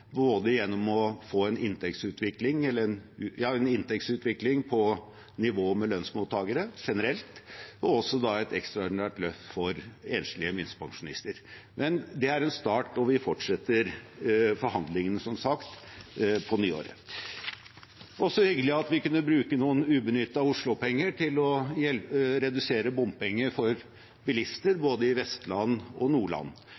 gjennom å få både en inntektsutvikling på nivå med lønnsmottakere generelt og også et ekstraordinært løft for enslige minstepensjonister. Det er en start, og vi fortsetter som sagt forhandlingene på nyåret. Det er også hyggelig at vi kunne bruke noen ubenyttede Oslo-penger til å redusere bompenger for bilister i både Vestland og Nordland.